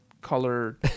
color